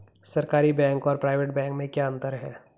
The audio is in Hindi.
सरकारी बैंक और प्राइवेट बैंक में क्या क्या अंतर हैं?